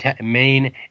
main